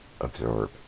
absorb